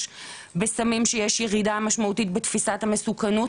בסמים שיש ירידה משמעותית בתפיסת המסוכנות,